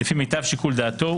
לפי מיטב שיקול דעתו,